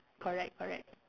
correct correct